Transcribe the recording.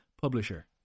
Publisher